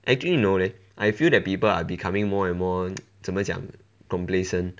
actually no leh I feel that people are becoming more and more 怎么讲 complacent